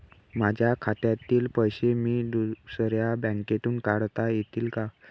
माझ्या खात्यातील पैसे मी दुसऱ्या बँकेतून काढता येतील का?